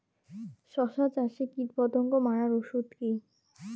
শসা চাষে কীটপতঙ্গ মারার ওষুধ কি?